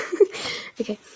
Okay